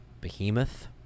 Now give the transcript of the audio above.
behemoth